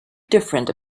different